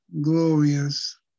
glorious